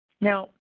Now